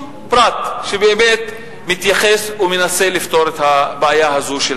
פרט שבאמת מתייחס או מנסה לפתור את הבעיה הזאת.